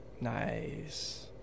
Nice